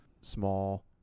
small